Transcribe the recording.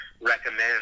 recommend